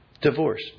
Divorce